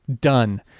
done